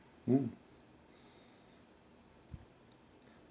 mm